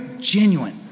genuine